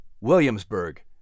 Williamsburg